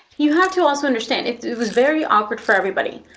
you have to also understand, it it was very awkward for everybody.